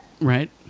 right